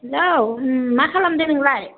हेल' मा खालामदों नोंलाय